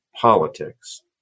politics